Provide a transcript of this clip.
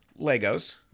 Legos